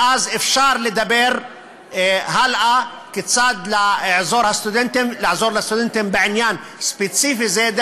ואז אפשר לדבר הלאה כיצד לעזור לסטודנטים בעניין ספציפי זה.